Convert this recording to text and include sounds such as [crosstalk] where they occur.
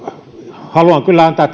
haluan kyllä antaa [unintelligible]